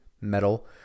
metal